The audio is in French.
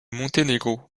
monténégro